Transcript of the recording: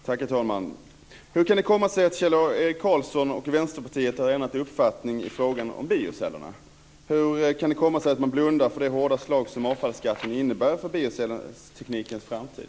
Herr talman! Hur kan det komma sig att Kjell Erik Karlsson och Vänsterpartiet har ändrat uppfattning i frågan om biocellerna? Hur kan det komma sig att man blundar för det hårda slag som avfallsskatten innebär för biocellteknikens framtid?